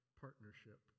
partnership